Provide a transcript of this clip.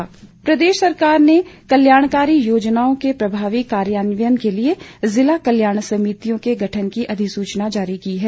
कल्याण समिति प्रदेश सरकार ने कल्याणकारी योजनाओं के प्रभावी कार्यान्वयन के लिए ज़िला कल्याण समितियों के गठन की अधिसूचना जारी कर दी है